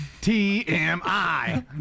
T-M-I